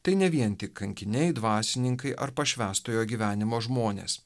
tai ne vien tik kankiniai dvasininkai ar pašvęstojo gyvenimo žmonės